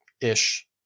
ish